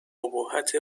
ابهت